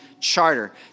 charter